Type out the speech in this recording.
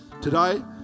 today